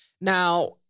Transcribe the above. Now